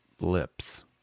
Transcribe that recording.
lips